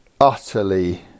utterly